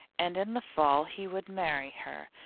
and in the fall he would marry her,